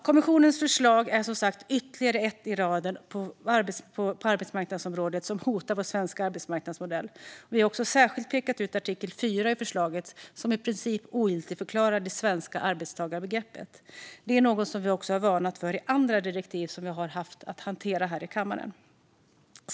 Kommissionens förslag är ytterligare ett i raden av förslag på arbetsmarknadsområdet som hotar vår svenska arbetsmarknadsmodell, och vi har särskilt pekat ut artikel 4 i förslaget som i princip ogiltigförklarar det svenska arbetstagarbegreppet. Detta har vi varnat för även i andra direktiv som vi har haft att hantera här i kammaren.